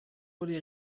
wurde